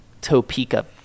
Topeka